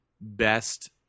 best